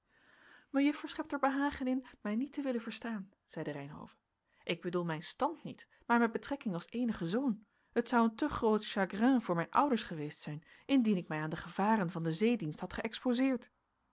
mejuffer schept er behagen in mij niet te willen verstaan zeide reynhove ik bedoel mijn stand niet maar mijn betrekking als eenigen zoon het zou een te groot chagrin voor mijn ouders geweest zijn indien ik mij aan de gevaren van den zeedienst had geëxposeerd